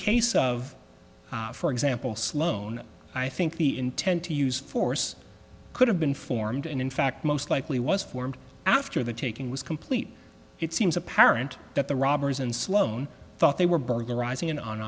case of for example sloan i think the intent to use force could have been formed and in fact most likely was formed after the taking was complete it seems apparent that the robbers and sloan thought they were burglarizing